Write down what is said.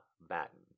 Batten